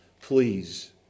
please